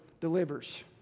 delivers